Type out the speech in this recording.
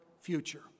future